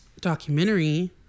documentary